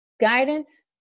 guidance